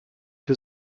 für